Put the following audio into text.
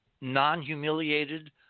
non-humiliated